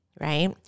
right